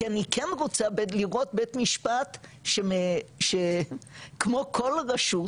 כי אני כן רוצה לראות בית משפט שכמו כל רשות,